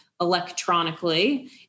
electronically